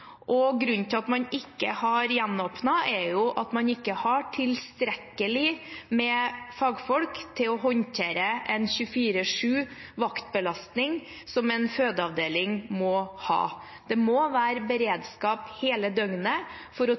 Grunnen til at man ikke har gjenåpnet, er at man ikke har tilstrekkelig med fagfolk til å håndtere en 24-7 vaktbelastning, som en fødeavdeling må ha. Det må være beredskap hele døgnet for trygt å